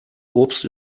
obst